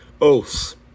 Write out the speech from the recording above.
Oaths